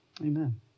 Amen